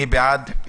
מי בעד?